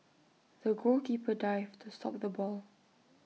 the goalkeeper dived to stop the ball